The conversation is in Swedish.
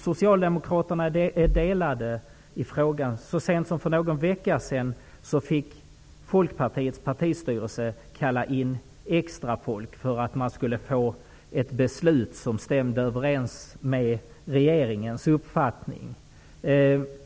Socialdemokraterna är delade i frågan. Så sent som för någon vecka sedan fick Folkpartiets partistyrelse kalla in extra folk för att man skulle kunna fatta ett beslut som stämde överens med regeringens uppfattning.